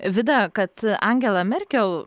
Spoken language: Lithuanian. vida kad angela merkel